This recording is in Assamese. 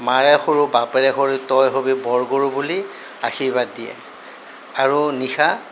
মাৰে সৰু বাপেৰে সৰু তই হ'বি বৰ গৰু বুলি আশীৰ্বাদ দিয়ে আৰু নিশা